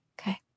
Okay